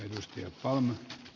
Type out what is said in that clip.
arvoisa puhemies